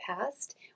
past